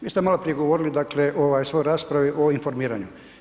Vi ste malo prije govorili dakle u svojoj raspravi o informiranju.